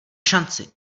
šanci